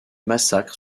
massacres